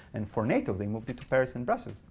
and for nato, they moved it to paris and brussels.